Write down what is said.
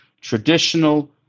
traditional